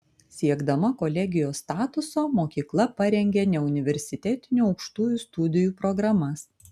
siekdama kolegijos statuso mokykla parengė neuniversitetinių aukštųjų studijų programas